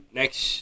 next